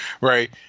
right